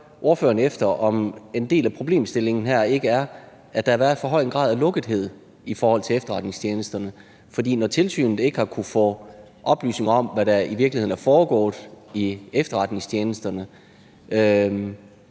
ordføreren, om en del af problemstillingen her ikke er, at der har været en for høj grad af lukkethed i efterretningstjenesterne. For når tilsynet ikke har kunnet få oplysninger om, hvad der i virkeligheden er foregået i efterretningstjenesterne,